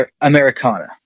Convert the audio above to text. americana